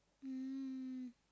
um